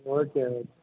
okay okay